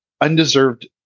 undeserved